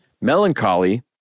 Melancholy